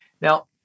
Now